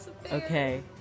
Okay